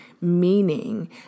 meaning